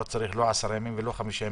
לא צריך עשרה ימים ולא חמישה.